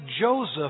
Joseph